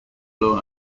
law